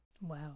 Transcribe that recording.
wow